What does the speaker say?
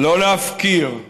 לא להפקיר,